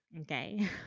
Okay